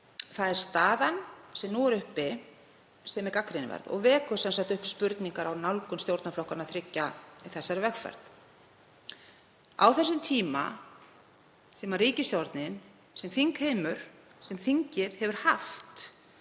Það er staðan sem nú er uppi sem er gagnrýnisverð og vekur upp spurningar um nálgun stjórnarflokkanna þriggja í þessari vegferð. Á þeim tíma sem ríkisstjórnin, sem þingheimur, sem þingið hefur haft